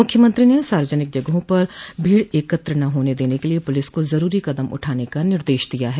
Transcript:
मुख्यमंत्री ने सार्वजनिक जगहों पर भीड़ एकत्र न होने देने के लिए पुलिस को ज़रूरी क़दम उठाने का निर्देश दिया है